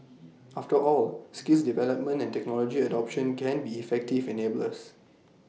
after all skills development and technology adoption can be effective enablers